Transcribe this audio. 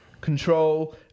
Control